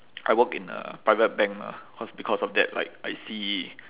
I work in a private bank lah cause because of that like I see